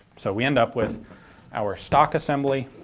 so we end up with our stock assembly